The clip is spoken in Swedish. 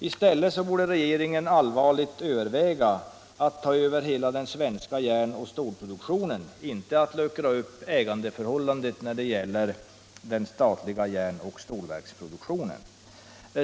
I stället borde regeringen allvarligt överväga att ta över hela den svenska järn-och stålproduktionen, inte att luckra upp ägandeförhållandet när det gäller denna produktion.